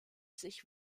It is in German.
sich